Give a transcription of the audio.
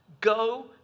Go